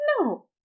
No